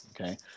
okay